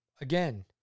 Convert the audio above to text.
again